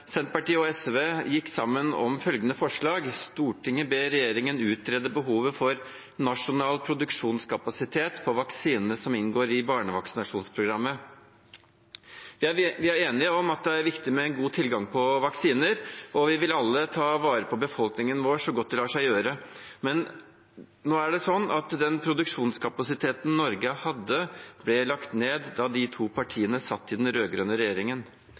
Senterpartiet og Sosialistisk Venstreparti har gått sammen om følgende forslag: «Stortinget ber regjeringen utrede behovet for nasjonal produksjonskapasitet på vaksinene som inngår i barnevaksinasjonsprogrammet.» Vi er enige om at det er viktig med en god tilgang på vaksiner, og vi vil alle ta vare på befolkningen vår så godt det lar seg gjøre. Men den produksjonskapasiteten Norge hadde, ble lagt ned da de to partiene satt i den rød-grønne regjeringen.